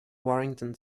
warrington